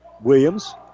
Williams